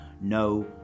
No